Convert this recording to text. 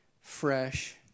fresh